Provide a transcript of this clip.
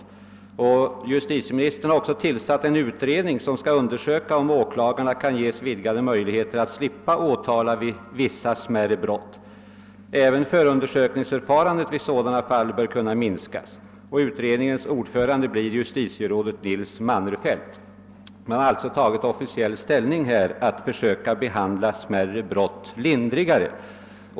Som bekant har justitieministern också tillsatt en utredning som skall undersöka om åklagarna kan få vidgade möjligheter att slippa åtala vid smärre brott. även förundersökningsförfarandet vill man inskränka på vid sådana brott. Den utredningens ordförande blir justitierådet Nils Mannerfelt. Man har sålunda officiellt tagit ställning för att försöka behandla smärre lagbrytare lindrigare.